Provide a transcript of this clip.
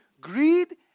greed